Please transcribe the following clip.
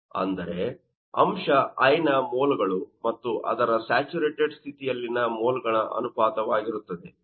ಅಂದರೆ ಅಂಶ i ನ ಮೋಲ್ಗಳು ಮತ್ತು ಅದರ ಸ್ಯಾಚುರೇಟೆಡ್ ಸ್ಥಿತಿಯಲ್ಲಿನ ಮೋಲ್ಗಳ ಅನುಪಾತವಾಗಿರುತ್ತದೆ